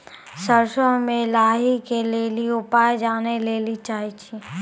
सरसों मे लाही के ली उपाय जाने लैली चाहे छी?